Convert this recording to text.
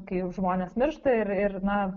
kai žmonės miršta ir ir na